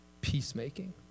peacemaking